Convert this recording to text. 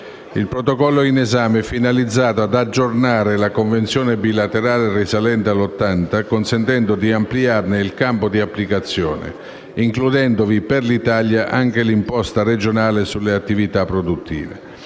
Il Protocollo in esame è finalizzato ad aggiornare la Convenzione bilaterale risalente al 1980, consentendo di ampliarne il campo di applicazione, includendovi, per l'Italia, anche l'imposta regionale sulle attività produttive.